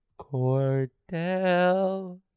Cordell